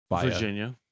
Virginia